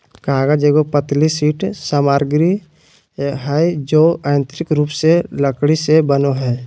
कागज एगो पतली शीट सामग्री हइ जो यांत्रिक रूप से लकड़ी से बनो हइ